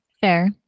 Fair